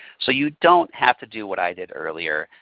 so you don't have to do what i did earlier,